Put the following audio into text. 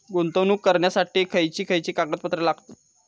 गुंतवणूक करण्यासाठी खयची खयची कागदपत्रा लागतात?